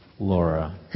Laura